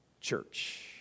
church